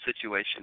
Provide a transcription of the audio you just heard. situation